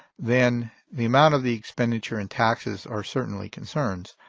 then the amount of the expenditure and taxes are certainly concerns.